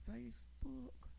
Facebook